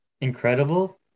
incredible